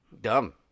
Dumb